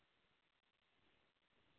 Khamkaul Forbesganj